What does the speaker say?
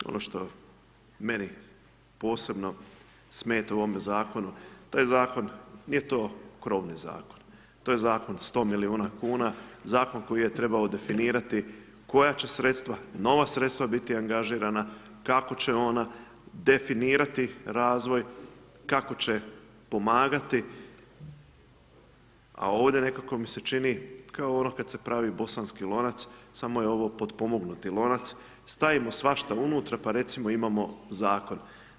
Ono što meni posebno smeta u ovome zakonu, taj zakon, nije to krovni zakon, to je zakon 100 milijuna kn, zakon koji je trebao definirati, koja će sredstva, nova sredstva biti angažirana, kako će ona, definirati razvoj, kak će pomagati a ovdje nekako mi se čini kao ono kada se pravi bosanski lonac, samo je ovo potpomognuti lonac, stavimo svašta unutra pa recimo imamo zakon.